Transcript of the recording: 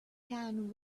can